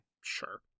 Sure